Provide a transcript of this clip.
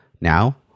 Now